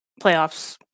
Playoffs